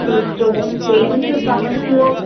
സ്റ്റുഡൻ parents സമ്മതിക്കുവോ